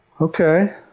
okay